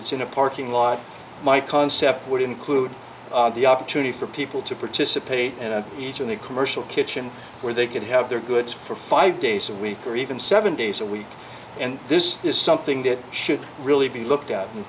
it's in a parking lot my concept would include the opportunity for people to participate in each of the commercial kitchen where they could have their goods for five days a week or even seven days a week and this is something that should really be looked at in